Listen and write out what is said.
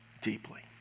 deeply